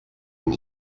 ein